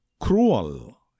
cruel